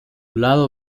lado